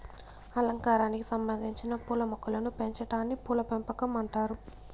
అలంకారానికి సంబందించిన పూల మొక్కలను పెంచాటాన్ని పూల పెంపకం అంటారు